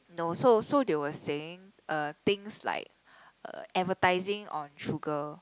no so so they were saying uh things like uh advertising on sugar